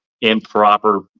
improper